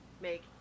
make